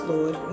Lord